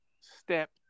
Step